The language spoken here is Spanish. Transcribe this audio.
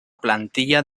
plantilla